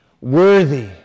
worthy